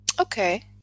Okay